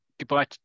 goodbye